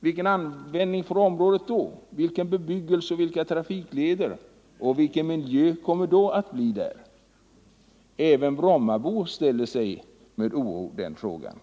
Vilken användning får området då, vilken bebyggelse, vilka trafikleder och vilken miljö kommer det att bli där? Även brommabor ställer sig med oro den frågan.